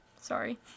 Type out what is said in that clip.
Sorry